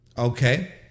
Okay